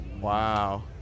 Wow